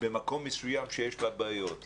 במקום מסוים שיש לה בעיות,